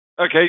Okay